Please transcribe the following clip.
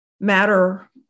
matter